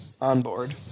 Onboard